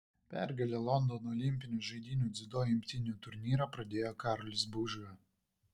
pergale londono olimpinių žaidynių dziudo imtynių turnyrą pradėjo karolis bauža